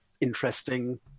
interesting